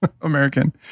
American